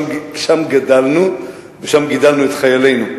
שם גדלנו ושם גידלנו את חיילינו,